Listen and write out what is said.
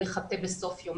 לחטא בסוף יום,